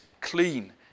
clean